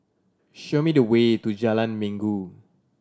show me the way to Jalan Minggu